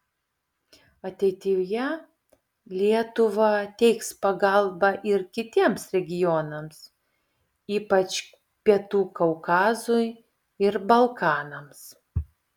ateityje lietuva teiks pagalbą ir kitiems regionams ypač pietų kaukazui ir balkanams